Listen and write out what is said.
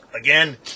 Again